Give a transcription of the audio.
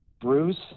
Bruce